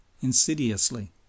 insidiously